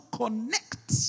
connect